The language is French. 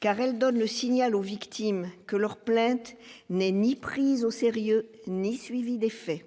car elle donne le signal aux victimes que leurs plaintes, mais ni prise au sérieux ni suivi d'effet